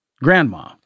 Grandma